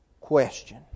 question